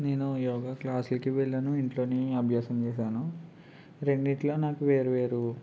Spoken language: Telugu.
నేను యోగ క్లాసులకు వెళ్ళను ఇంట్లోనే అభ్యాసం చేశాను రెండింటిలో నాకు వేరు వేరు